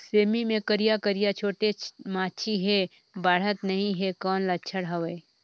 सेमी मे करिया करिया छोटे माछी हे बाढ़त नहीं हे कौन लक्षण हवय?